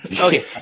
Okay